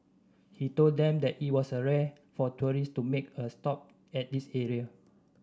he told them that it was rare for tourist to make a stop at this area